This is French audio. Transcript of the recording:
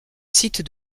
site